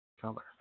color